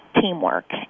Teamwork